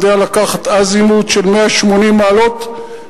יודע לקחת אזימוט של 180 מעלות,